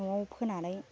न'आव फोनानै